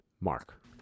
mark